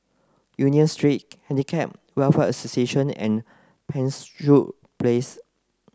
Union Street Handicap Welfare Association and Penshurst Place